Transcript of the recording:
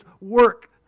work